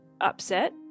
upset